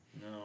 No